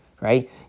right